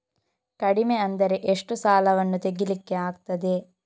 ಕಡಿಮೆ ಅಂದರೆ ಎಷ್ಟು ಸಾಲವನ್ನು ತೆಗಿಲಿಕ್ಕೆ ಆಗ್ತದೆ?